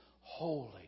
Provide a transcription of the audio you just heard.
holy